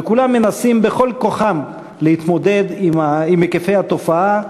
וכולם מנסים בכל כוחם להתמודד עם היקפי התופעה,